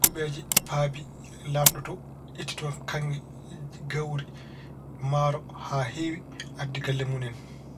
kuɓeeje, paabi laamɗo to, itti toon kaŋŋe, gawri, maaro haa heewi addi galle mun en.